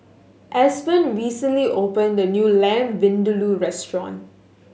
Aspen recently opened a new Lamb Vindaloo restaurant